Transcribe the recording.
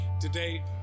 today